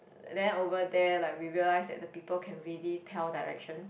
then over there like we realise that the people can really tell directions